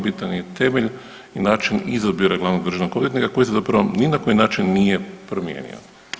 Bitan je temelj i način izabira glavnog državnog odvjetnika koji se zapravo ni na koji način nije promijenio.